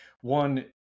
one